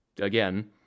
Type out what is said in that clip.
again